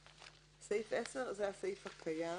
סעיף 10 זה הסעיף הקיים